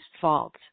fault